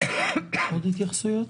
עוד התייחסויות?